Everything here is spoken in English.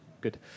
good